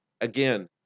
Again